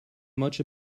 much